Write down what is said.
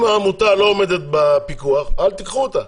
אם העמותה לא עומדת בפיקוח אל תיקחו אותה,